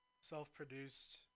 self-produced